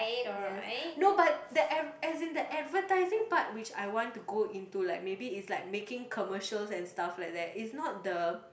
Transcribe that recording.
yes no but the ad~ as in the advertising part which I want to go into like maybe it's like making commercials and stuff like that it's not the